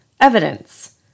evidence